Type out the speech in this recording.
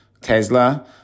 Tesla